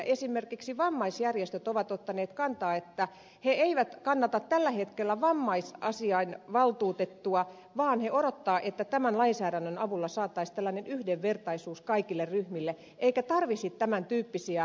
esimerkiksi vammaisjärjestöt ovat ottaneet kantaa että he eivät kannata tällä hetkellä vammaisasiainvaltuutettua vaan he odottavat että tämän lainsäädännön avulla saataisiin tällainen yhdenvertaisuus kaikille ryhmille eikä tarvitsisi tämän tyyppisiä valtuutettuja